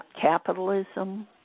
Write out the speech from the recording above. capitalism